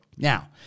Now